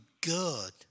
good